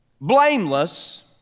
blameless